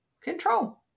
control